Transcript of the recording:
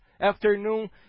afternoon